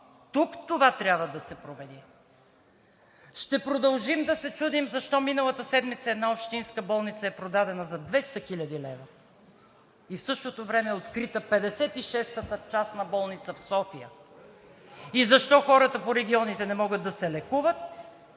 тук това трябва да се промени. Ще продължим да се чудим защо миналата седмица една общинска болница е продадена за 200 хил. лв. и в същото време е открита 56-ата частна болница в София, и защо хората по регионите не могат да се лекуват,